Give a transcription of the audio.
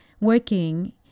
working